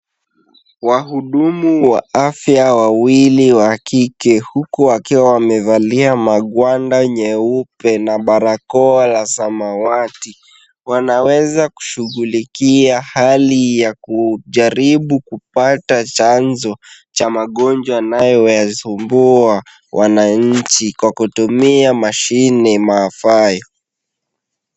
Wahudumu wa afya wawili wa kike huku wakiwa wamevalia magwanda nyeupe na barakoa la samawati. Wanaweza kushughulikia hali ya kuujaribu kupata chanjo cha magonjwa yanayowasumbua wananchi kwa kutumia mashini maafayo .